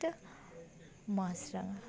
একটা মাছরাাঙা